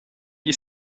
gli